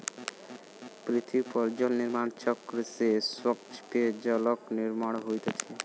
पृथ्वी पर जल निर्माण चक्र से स्वच्छ पेयजलक निर्माण होइत अछि